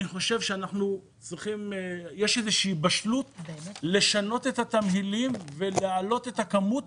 אני חושב שיש איזו שהיא בשלות לשנות את התמהילים ולהעלות את הכמות